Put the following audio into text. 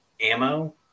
ammo